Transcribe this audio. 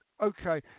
Okay